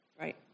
Right